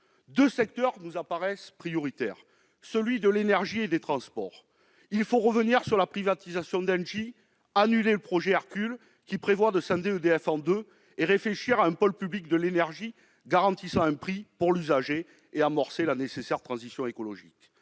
deux secteurs nous apparaissent prioritaires : ceux de l'énergie et des transports. Il faut revenir sur la privatisation d'Engie, annuler le projet Hercule, qui vise à scinder EDF en deux entités, réfléchir à la création d'un pôle public de l'énergie qui garantirait un prix à l'usager et amorcer ainsi la transition écologique.